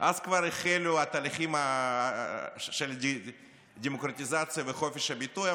החלו תהליכים של דמוקרטיזציה וחופש ביטוי,